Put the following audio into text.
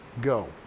go